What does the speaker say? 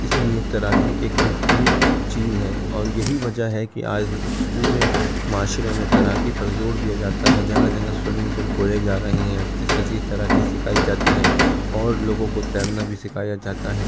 اس لیے تیراکی ایک بہترین چیز ہے اور یہی وجہ ہے کہ آج پورے معاشرے میں تیراکی پر زور دیا جاتا ہے جگہ جگہ سوئمنگ پل کھولے جا رہے ہیں تیراکی سکھائی جاتی ہے اور لوگوں کو تیرنا بھی سکھایا جاتا ہے